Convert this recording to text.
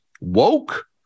woke